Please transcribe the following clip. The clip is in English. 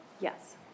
Yes